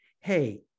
hey